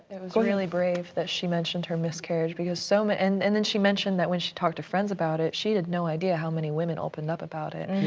was really brave that she mentioned her miscarriage because so and then she mentioned that when she talked to friends about it, she had no idea how many women opened up about it.